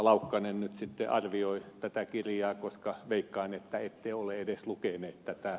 laukkanen nyt arvioi tätä kirjaa koska veikkaan että ette ole edes lukenut tätä